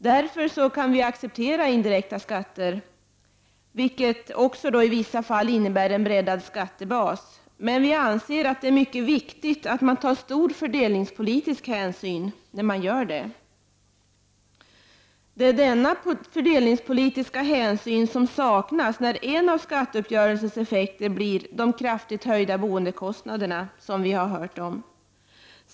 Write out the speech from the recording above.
Vänsterpartiet kan därför acceptera indirekta skatter, vilket också i vissa fall innebär en breddad skattebas, men vi anser att det är mycket viktigt att man tar stor fördelningspolitisk hänsyn. Det är denna fördelningspolitiska hänsyn som saknas när en av skatteuppgörelsens effekter blir kraftigt höjda boendekostnader.